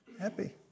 Happy